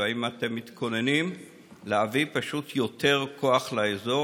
והאם אתם מתכוננים להביא יותר כוח לאזור